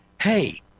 Hey